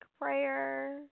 prayer